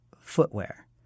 Footwear